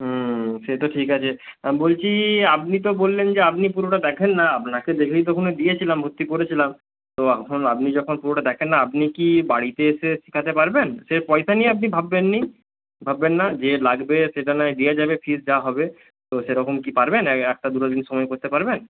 হুম সে তো ঠিক আছে আমি বলছি আপনি তো বললেন যে আপনি পুরোটা দেখেন না আপনাকে দেখেই তো ওখানে দিয়েছিলাম ভর্তি করেছিলাম তো এখন আপনি যখন পুরোটা দেখেন না আপনি কি বাড়িতে এসে শেখাতে পারবেন সে পয়সা নিয়ে আপনি ভাববেন না ভাববেন না যা লাগবে সেটা নয় দেওয়া যাবে ফিজ যা হবে তো সেরকম কি পারবেন একটা দুটো দিন সময় করতে পারবেন